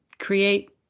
create